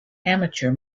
amateur